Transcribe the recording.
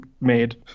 made